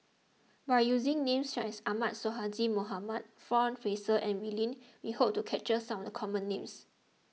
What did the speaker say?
by using names such as Ahmad Sonhadji Mohamad John Fraser and Wee Lin we hope to capture some of the common names